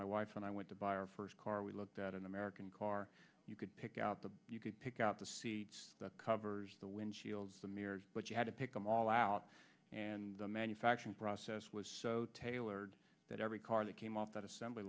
my wife and i went to buy our first car we looked at an american car you could pick out the you could pick out the seat covers the windshields the mirrors but you had to pick them all out and the manufacturing process was so tailored that every car that came up that assembly